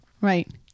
Right